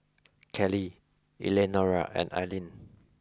Kelli Eleanora and Ailene